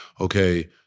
okay